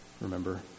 Remember